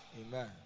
Amen